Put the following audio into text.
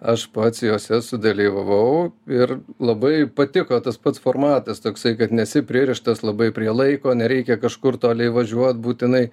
aš pats jose sudalyvavau ir labai patiko tas pats formatas toksai kad nesi pririštas labai prie laiko nereikia kažkur toli važiuot būtinai